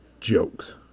jokes